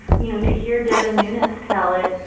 you know, to hear devin nunes tell it,